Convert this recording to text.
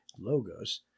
Logos